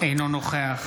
אינו נוכח